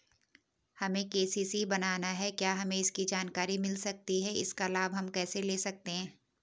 हमें के.सी.सी बनाना है क्या हमें इसकी जानकारी मिल सकती है इसका लाभ हम कैसे ले सकते हैं?